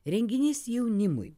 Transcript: renginys jaunimui